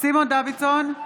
סימון דוידסון,